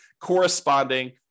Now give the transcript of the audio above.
corresponding